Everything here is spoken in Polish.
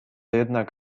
jednak